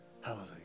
Hallelujah